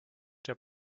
der